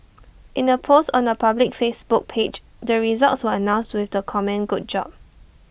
in A post on her public Facebook page the results were announced with the comment good job